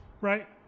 right